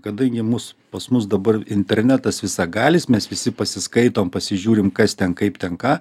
kadangi mus pas mus dabar internetas visagalis mes visi pasiskaitom pasižiūrim kas ten kaip ten ką